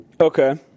Okay